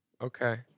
okay